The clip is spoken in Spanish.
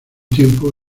tiempo